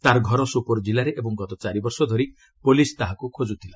ତାର ଘର ସୋପୋର ଜିଲ୍ଲାରେ ଓ ଗତ ଚାରି ବର୍ଷ ଧରି ପୁଲିସ୍ ତାକୁ ଖୋଜୁଥିଲା